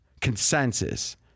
consensus